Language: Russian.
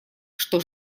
что